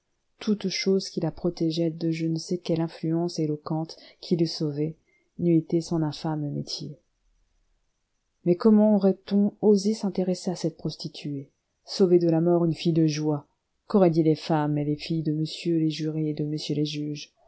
toutes choses qui la protégeaient de je ne sais quelle influence éloquente qui l'eût sauvée n'eût été son infâme métier mais comment aurait-on osé s'intéresser à cette prostituée sauver de la mort une fille de joie qu'auraient dit les femmes et les filles de messieurs les jurés et de messieurs les juges